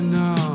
now